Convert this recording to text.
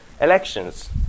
Elections